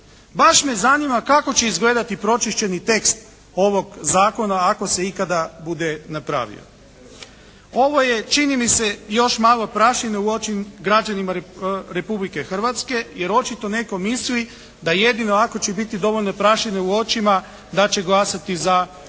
Baš me zanima kako će izgledati pročišćeni tekst ovog zakona ako se ikada bude napravio. Ovo je čini mi se još malo prašine u oči građanima Republike Hrvatske jer očito netko misli da jedino ako će biti dovoljno prašine u očima da će glasati za vladajuću